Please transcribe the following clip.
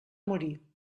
morir